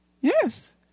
Yes